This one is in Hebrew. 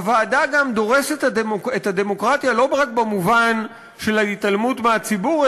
הוועדה דורסת את הדמוקרטיה לא רק במובן של ההתעלמות מהציבור,